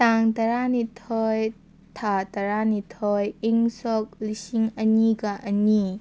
ꯇꯥꯡ ꯇꯔꯥꯅꯤꯊꯣꯏ ꯊꯥ ꯇꯔꯥꯅꯤꯊꯣꯏ ꯏꯪ ꯁꯣꯛ ꯂꯤꯁꯤꯡ ꯑꯅꯤꯒ ꯑꯅꯤ